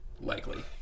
likely